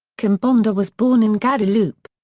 chimbonda was born in guadeloupe.